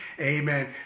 amen